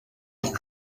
del